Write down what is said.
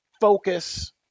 focus